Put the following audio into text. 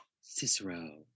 Cicero